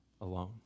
alone